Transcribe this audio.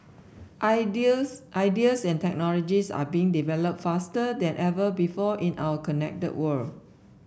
ideas ideas and technologies are being developed faster than ever before in our connected world